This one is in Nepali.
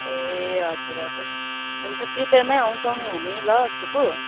ए हजुर हजुर हुन्छ प्रिपेरमै आउँछौँ नि हामी ल फुपू